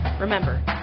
Remember